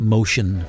Motion